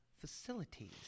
facilities